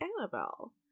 Annabelle